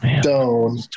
Stone